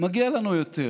מגיע לנו יותר.